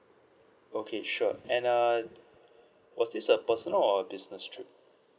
okay sure and uh was this a personal or business trip